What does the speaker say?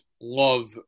love